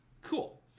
Cool